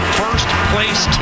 first-place